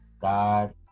God